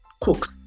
cooks